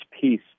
peace